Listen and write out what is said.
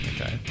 Okay